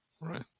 right